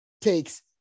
takes